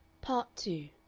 part two